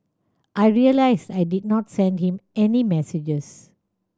I realised I did not send him any messages